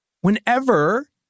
Whenever